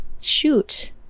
Shoot